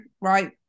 right